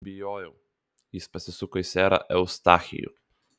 bijojau jis pasisuko į serą eustachijų